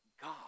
God